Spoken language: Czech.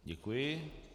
Děkuji.